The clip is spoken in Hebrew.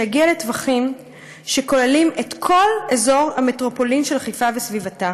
שיגיע לטווחים שכוללים את כל אזור המטרופולין של חיפה וסביבתה.